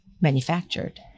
manufactured